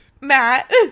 matt